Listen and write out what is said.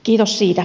kiitos siitä